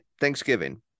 Thanksgiving